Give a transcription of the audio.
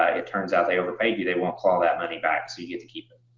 ah it turns out they overpaid you, they won't claw that money back. so you get to keep it.